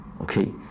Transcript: Okay